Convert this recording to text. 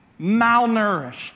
malnourished